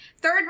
Third